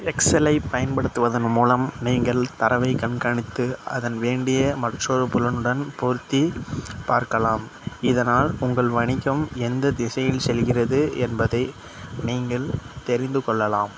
எக்ஸலைப் பயன்படுத்துவதன் மூலம் நீங்கள் தரவைக் கண்காணித்து அதன் வேண்டிய மற்றொரு புலனுடன் பொருத்தி பார்க்கலாம் இதனால் உங்கள் வணிகம் எந்தத் திசையில் செல்கிறது என்பதை நீங்கள் தெரிந்துக்கொள்ளலாம்